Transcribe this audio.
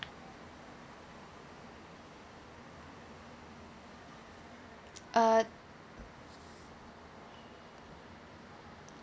uh